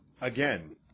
Again